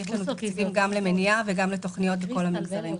יש לנו תקציבים גם למניעה וגם לתוכניות לכל המגזרים.